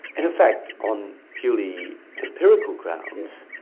in effect, on purely empirical grounds,